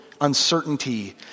uncertainty